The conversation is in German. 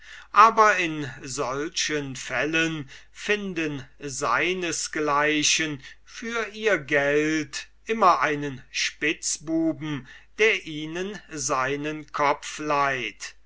aber in solchen fällen finden seines gleichen für ihr geld immer einen spitzbuben der ihnen seinen kopf